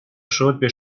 شد، به